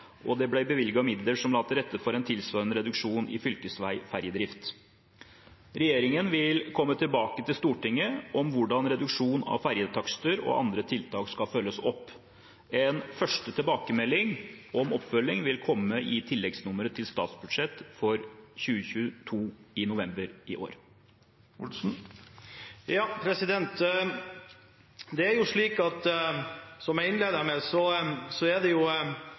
og det ble bevilget midler som la til rette for en tilsvarende reduksjon i fylkesveiferjedrift. Regjeringen vil komme tilbake til Stortinget om hvordan reduksjon av ferjetakster og andre tiltak skal følges opp. En første tilbakemelding om oppfølging vil komme i tilleggsnummeret til statsbudsjett for 2022 i november i år. Det er, som jeg innledet med, slik at for dem som bor langsetter kysten og dem som reiser som turister, blir det